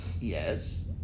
Yes